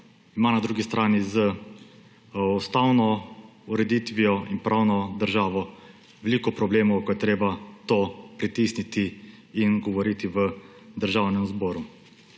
ima na drugi strani z ustavno ureditvijo in pravno državo veliko problemov, ko je treba to pritisniti in govoriti v Državnem zboru.